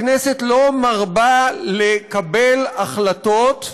הכנסת לא מרבה לקבל החלטות,